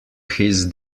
his